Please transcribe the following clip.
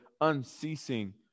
unceasing